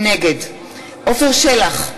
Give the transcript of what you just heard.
נגד עפר שלח,